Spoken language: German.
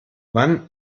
wann